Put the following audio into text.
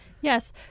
Yes